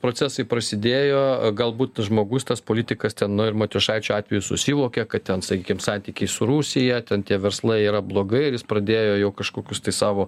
procesai prasidėjo galbūt žmogus tas politikas ten nu matijošaičio atveju susivokė kad ten sakykim santykiai su rusija ten tie verslai yra blogai ir jis pradėjo jau kažkokius tai savo